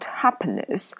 happiness